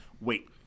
wait